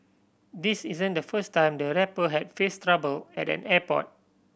this isn't the first time the rapper has faced trouble at an airport